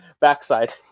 backside